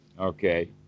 Okay